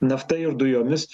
nafta ir dujomis